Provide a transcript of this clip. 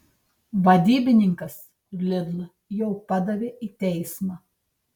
vadybininkas lidl jau padavė į teismą